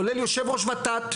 כולל יושב-ראש ות"ת,